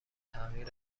تغییر